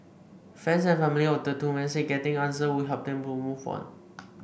friends and family of the two men said getting answer would help them to move on